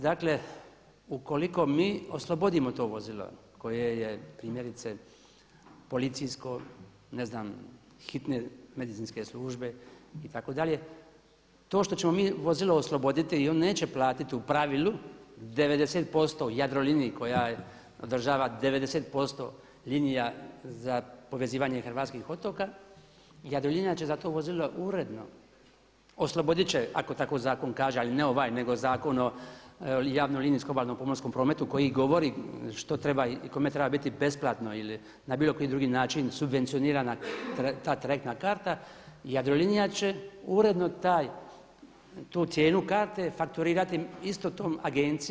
Dakle ukoliko mi oslobodimo to vozilo koje je primjerice policijsko, hitne medicinske službe itd. to što ćemo mi vozilo osloboditi i oni neće platiti u pravilu 90% Jadroliniji koja održava 90% linija za povezivanje hrvatskih otoka, Jadrolinija će za to vozilo uredno oslobodit će ako zakon tako kaže, ali ne ovaj nego Zakon o javnom linijskom obalnom pomorskom prometu koji govori što treba i kome biti besplatno ili na bilo koji drugi način subvencionirana ta trajektna karta Jadrolinija će uredno tu cijenu karte fakturirati istoj toj agenciji.